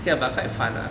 okay lah but quite fun lah